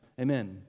Amen